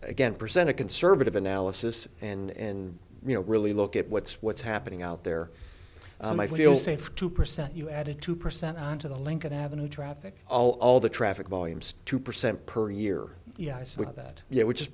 again present a conservative analysis and you know really look at what's what's happening out there and i feel safe two percent you added two percent on to the lincoln avenue traffic all all the traffic volumes two percent per year yes with that which is